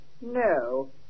No